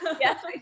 Yes